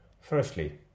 Firstly